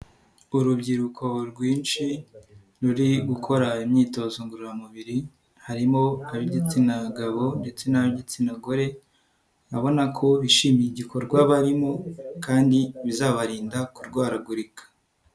Urubyiruko rwinshi ruri gukora imyitozo ngororamubiri harimo ab'igitsina gabo ndetse n'abigitsina gore, urabona ko bishimiye igikorwa barimo kandi bizabarinda kurwaragurika.